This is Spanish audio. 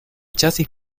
chasis